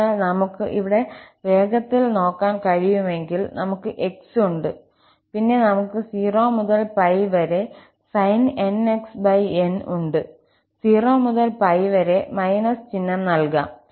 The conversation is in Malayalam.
അതിനാൽ നമുക്ക് ഇവിടെ വേഗത്തിൽ നോക്കാൻ കഴിയുമെങ്കിൽ നമുക് 𝑥 ഉണ്ട് പിന്നെ നമുക്ക് 0 മുതൽ 𝜋 വരെ sin𝑛𝑥𝑛 ഉണ്ട് 0 മുതൽ 𝜋 വരെ ′−′ ചിഹ്നം നൽകാം